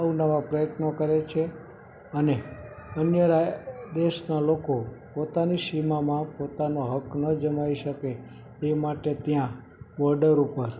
અવનવા પ્રયત્નો કરે છે અને અન્ય રા દેશના લોકો પોતાની સીમામાં પોતાનો હક ન જમાવી શકે એ માટે ત્યાં બોર્ડર ઉપર